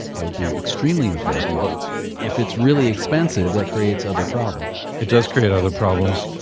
that would be extremely important. but if it's really expensive, that creates other problems it does create other problems.